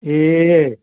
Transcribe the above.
ए